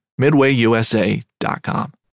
MidwayUSA.com